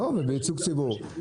ובייצוג ציבור.